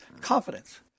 confidence